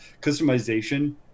customization